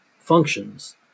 functions